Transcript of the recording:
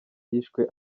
yishwe